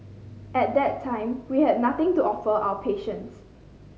at that time we had nothing to offer our patients